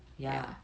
ya